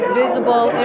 visible